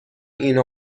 اینو